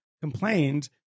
complained